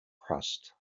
crust